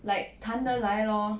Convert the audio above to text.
like 谈得来 lor